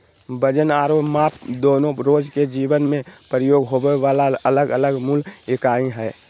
वजन आरो माप दोनो रोज के जीवन मे प्रयोग होबे वला अलग अलग मूल इकाई हय